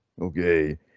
Okay